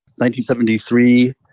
1973